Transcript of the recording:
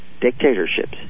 dictatorships